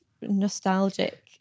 nostalgic